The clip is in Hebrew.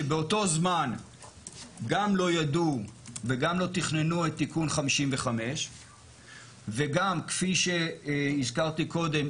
שבאותו זמן גם לא ידעו וגם לא תכננו את תיקון 55. וגם כפי שהזכרתי קודם,